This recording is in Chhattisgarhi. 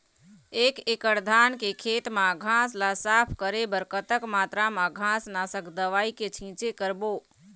एक एकड़ धान के खेत मा घास ला साफ करे बर कतक मात्रा मा घास नासक दवई के छींचे करबो?